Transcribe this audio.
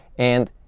and